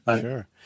sure